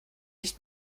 nicht